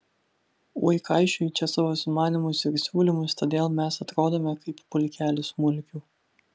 ui kaišioji čia savo sumanymus ir siūlymus todėl mes atrodome kaip pulkelis mulkių